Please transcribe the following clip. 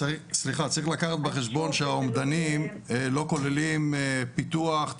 צריך לקחת בחשבון שהאומדנים לא כוללים פיתוח,